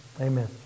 amen